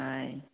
ନାହିଁ